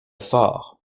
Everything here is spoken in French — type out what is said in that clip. fort